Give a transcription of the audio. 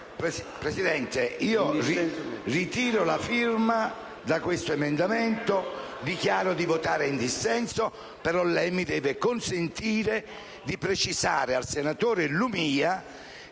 Presidente, ritiro la firma da questo emendamento e dichiaro di votare in dissenso. Ma lei mi deve consentire di precisare al senatore Lumia